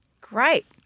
Great